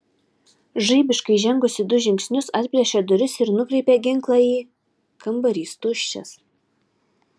žaibiškai žengusi du žingsnius atplėšė duris ir nukreipė ginklą į kambarys tuščias